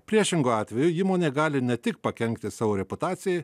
priešingu atveju įmonė gali ne tik pakenkti savo reputacijai